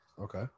Okay